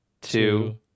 two